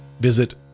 visit